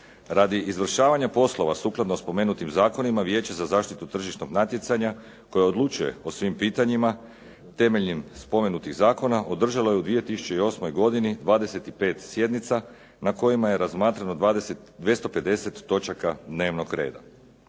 Radi izvršavanja poslova sukladno spomenutim zakonima Vijeće za zaštitu tržišnog natjecanja koje odlučuje o svim pitanjima temeljem spomenutih zakona održalo je u 2008. godini 25 sjednica na kojima je razmatrano 250 točaka dnevnog reda.